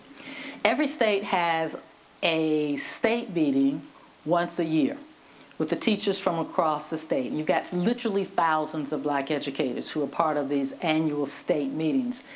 every state has a state meeting once a year with the teachers from across the state and you've got literally thousands of black educators who are part of these annual state meetings.